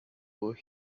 what